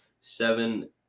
Seven